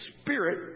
spirit